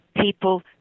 people